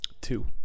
two